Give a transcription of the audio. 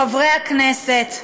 חברי הכנסת,